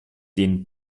den